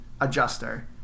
adjuster